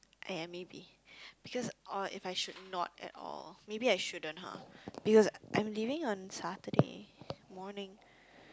!aiya! maybe because or if I should not at all maybe I shouldn't !huh! because I'm leaving on Saturday morning